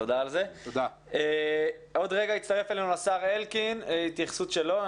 עוד רגע יצטרף אלינו השר אלקין ונשמע התייחסות שלו.